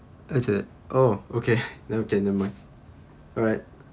is it oh okay no gentleman alright